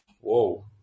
whoa